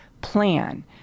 plan